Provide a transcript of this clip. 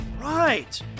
right